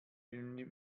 wenn